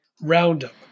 Roundup